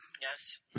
Yes